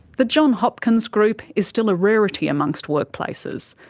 the john hopkins group is still a rarity amongst workplaces.